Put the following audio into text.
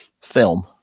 film